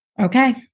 Okay